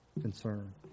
concern